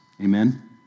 Amen